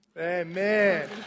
Amen